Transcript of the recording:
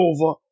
over